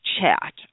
chat